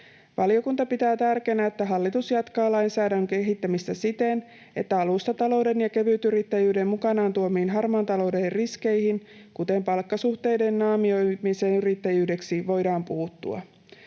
Valiokunta pitää tärkeänä, että hallitus jatkaa lainsäädännön kehittämistä siten, että alustatalouden ja kevytyrittäjyyden mukanaan tuomiin harmaan talouden riskeihin, kuten palkkasuhteiden naamioimiseen yrittäjyydeksi, voidaan puuttua.